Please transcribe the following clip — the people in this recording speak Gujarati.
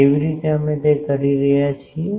કેવી રીતે અમે તે કરી રહ્યા છીએ